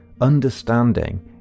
Understanding